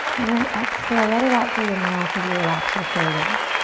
and then exhale, let it out through the mouth as you relax your shoulders.